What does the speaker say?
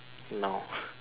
no